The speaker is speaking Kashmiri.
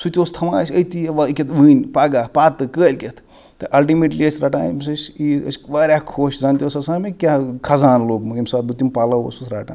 سُہ تہِ اوس تھاوان اَسہِ أتی أکیاہ وٕنۍ پگاہ پتہٕ کٲلکیتھ تہٕ اَلٹِمیٚٹلی أسۍ رَٹان أمِس أسۍ عیٖد ٲسۍ واریاہ خۄش زَن تہِ اوس آسان مےٚ کیاہ خَزان لۄبمُت ییٚمہِ ساتہٕ بہٕ تِم پَلو اوسُس رَٹان